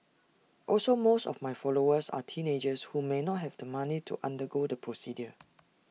also most of my followers are teenagers who may not have the money to undergo the procedure